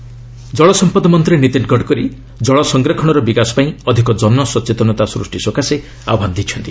Gadkari award ଜଳସମ୍ପଦ ମନ୍ତ୍ରୀ ନିତୀନ୍ ଗଡ଼କରୀ କଳ ସଂରକ୍ଷଣର ବିକାଶ ପାଇଁ ଅଧିକ ଜନ ସଚେତନତା ସ୍ପୃଷ୍ଟି ସକାଶେ ଆହ୍ୱାନ ଦେଇଛନ୍ତି